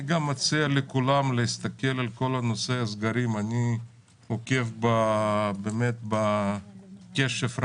אני גם מציע לכולם להסתכל על כל נושא הסגרים אני עוקב בקשב רב,